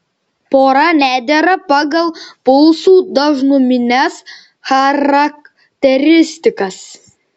pora nedera pagal pulsų dažnumines charakteristikas